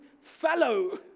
fellow